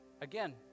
again